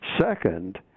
Second